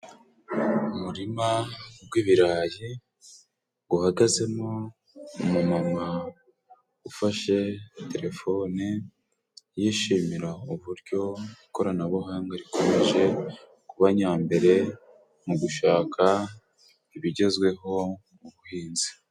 Umurima gw'ibirayi guhagazemo umumama ufashe telefone, yishimira uburyo ikoranabuhanga rikomeje kuba nyambere, mu gushaka ibigezweho mu buhinzi.